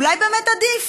אולי באמת עדיף.